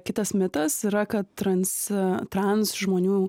kitas mitas yra kad transi transžmonių